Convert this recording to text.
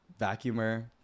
vacuumer